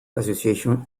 association